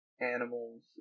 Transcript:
Animals